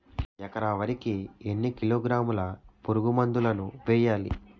ఎకర వరి కి ఎన్ని కిలోగ్రాముల పురుగు మందులను వేయాలి?